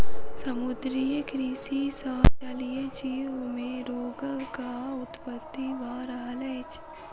समुद्रीय कृषि सॅ जलीय जीव मे रोगक उत्पत्ति भ रहल अछि